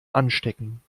anstecken